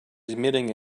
emitting